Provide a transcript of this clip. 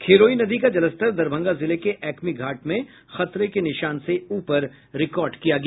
खिरोई नदी का जलस्तर दरभंगा जिले के एकमी घाट में खतरे के निशान से ऊपर रिकार्ड किया गया